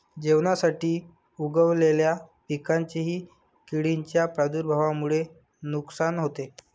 जेवणासाठी उगवलेल्या पिकांचेही किडींच्या प्रादुर्भावामुळे नुकसान होते